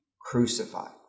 crucified